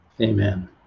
Amen